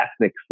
ethnic